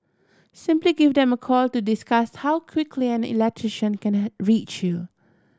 simply give them a call to discuss how quickly an electrician can reach you